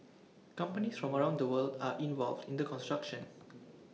companies from around the world are involved in the construction